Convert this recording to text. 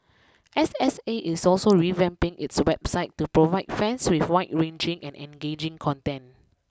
S S A is also revamping its website to provide fans with wide ranging and engaging content